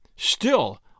Still